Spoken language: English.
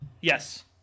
Yes